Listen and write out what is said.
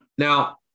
Now